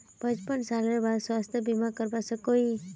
पचपन सालेर बाद स्वास्थ्य बीमा करवा सकोहो ही?